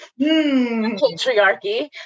patriarchy